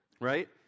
right